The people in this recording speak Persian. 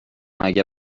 اگر